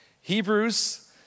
Hebrews